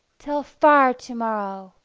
till far to-morrow,